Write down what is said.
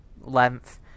length